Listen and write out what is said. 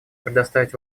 предоставить